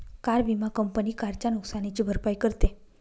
car विमा company कारच्या नुकसानीची भरपाई करते